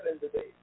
today